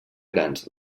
grans